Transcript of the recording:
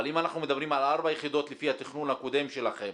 אבל אם אנחנו מדברים על ארבע יחידות לפי התכנון הקודם שלכם,